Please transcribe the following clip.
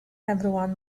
everyone